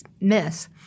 miss